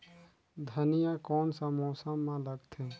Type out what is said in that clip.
धनिया कोन सा मौसम मां लगथे?